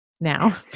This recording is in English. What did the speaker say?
Now